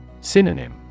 Synonym